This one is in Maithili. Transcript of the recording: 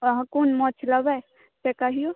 अहाँ कोन माछ लेबै से कहियौ